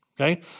Okay